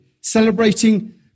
celebrating